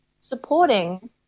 supporting